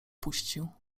puścił